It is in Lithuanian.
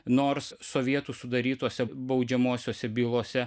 nors sovietų sudarytose baudžiamosiose bylose